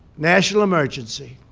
national emergency,